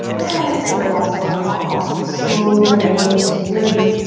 and exhale lots of love out. awesome. slowly bring the knees to the earth.